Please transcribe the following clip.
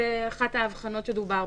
זאת אחת ההבחנות בהן דובר.